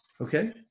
Okay